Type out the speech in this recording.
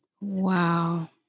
Wow